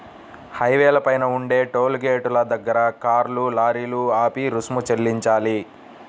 హైవేల పైన ఉండే టోలు గేటుల దగ్గర కార్లు, లారీలు ఆపి రుసుము చెల్లించాలి